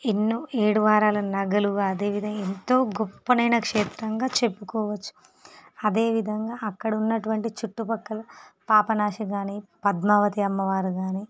ఎన్నో ఏడువారాల నగలు అదే విధంగా ఎంతో గొప్పదైన క్షేత్రంగా చెప్పుకోవచ్చు అదేవిధంగా అక్కడ ఉన్నటువంటి చుట్టూపక్కల పాపనాశి కానీ పద్మావతి అమ్మవారు కానీ